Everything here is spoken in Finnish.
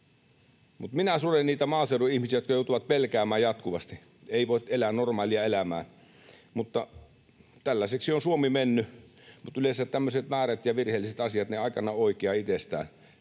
minä suren niitä maaseudun ihmisiä, jotka joutuvat pelkäämään jatkuvasti eivätkä voi elää normaalia elämää, mutta tällaiseksi on Suomi mennyt. Mutta yleensä tämmöiset väärät ja virheelliset asiat aikanaan oikenevat itsestään.